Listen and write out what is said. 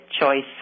choice